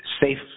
safe